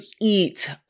eat